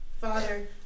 Father